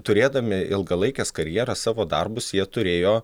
turėdami ilgalaikes karjeras savo darbus jie turėjo